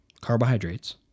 carbohydrates